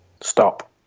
Stop